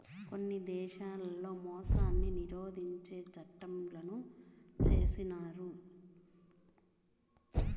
కొన్ని దేశాల్లో మోసాన్ని నిరోధించే చట్టంలను చేసినారు